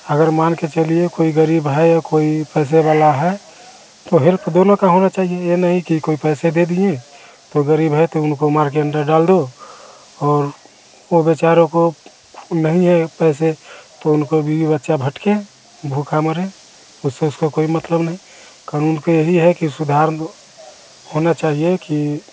अगर मानकर चलिए कोई ग़रीब है या कोई पैसे वाला है तो हेल्प देने का होना चाहिए यह नहीं कि कोई पैसे दे दिए तो ग़रीब है तो उनको मारकर अन्दर डाल दो और वे बेचारों को नहीं है पैसे तो उनके बीवी बच्चे भटके भूखा मरे उसे उसको कोई मतलब नहीं क़ानून का यही है के सुधार लो होना चाहिए कि